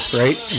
right